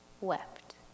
wept